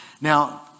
Now